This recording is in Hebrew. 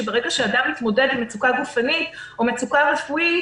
שברגע שאדם מתמודד עם מצוקה גופנית או מצוקה רפואית